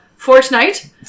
Fortnite